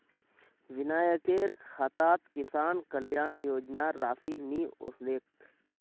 विनयकेर खातात किसान कल्याण योजनार राशि नि ओसलेक